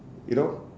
you know